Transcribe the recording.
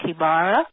kibara